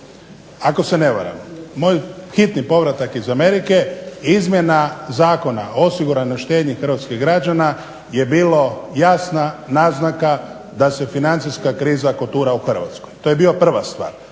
Ako se ne varam, moj hitni povratak iz Amerike, izmjena Zakona o osiguranoj štednji hrvatskih građana je bilo jasna naznaka da se financijska kriza kotura u Hrvatskoj. To je bila prva stvar.